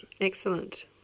Excellent